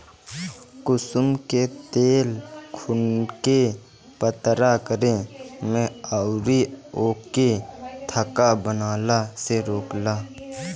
कुसुम के तेल खुनके पातर करे में अउरी ओके थक्का बनला से रोकेला